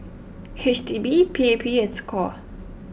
H D B P A P and Score